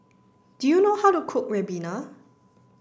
do you know how to cook ribena